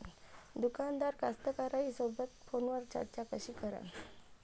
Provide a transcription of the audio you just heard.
दुकानदार कास्तकाराइसोबत फोनवर चर्चा कशी करन?